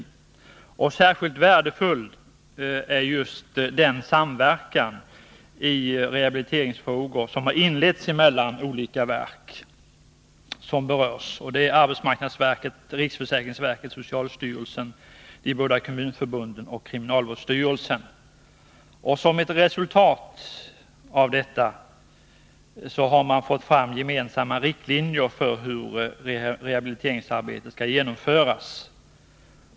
Det är särskilt värdefullt att kunna notera den samverkan i rehabiliteringsfrågor som har inletts mellan olika berörda verk och organisationer: arbetsmarknadsverket, riksförsäkringsverket, socialstyrelsen, de båda kommunförbunden och kriminalvårdsstyrelsen. Som ett resultat av denna samverkan har man fått fram gemensamma riktlinjer för hur rehabiliteringsarbetet skall genomföras.